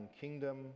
kingdom